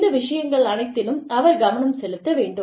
இந்த விஷயங்கள் அனைத்திலும் அவர் கவனம் செலுத்த வேண்டும்